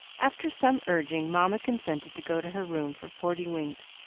after some urging, mamma consented to go to her room for forty winks,